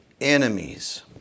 Enemies